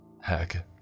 Heck